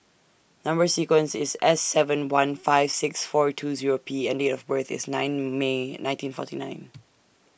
Number sequence IS S seven one five six four two Zero P and Date of birth IS nine May nineteen forty nine